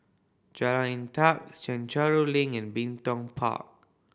Jalan Inta Chencharu Link and Bin Tong Park